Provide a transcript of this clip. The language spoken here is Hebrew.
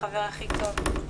החבר הכי טוב,